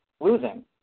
losing